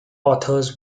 authors